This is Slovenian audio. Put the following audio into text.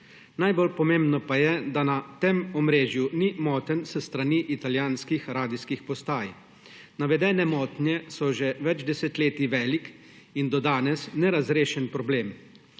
Najbolj pomembno pa je, da na tem omrežju ni motenj s strani italijanskih radijskih postaj. Navedene motnje so že več desetletij velik in do danes nerazrešen problem.